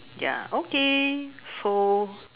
ya okay so